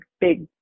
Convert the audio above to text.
big